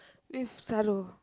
with Thiru